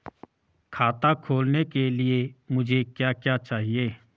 खाता खोलने के लिए मुझे क्या क्या चाहिए?